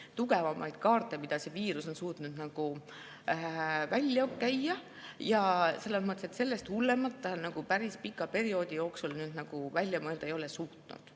tugevamaid kaarte, mida see viirus on suutnud välja käia. Sellest hullemat ta päris pika perioodi jooksul välja mõelda ei ole suutnud.